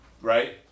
right